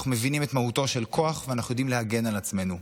אנחנו מבינים את מהותו של כוח ואנחנו יודעים להגן על עצמנו.